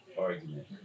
argument